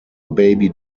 baby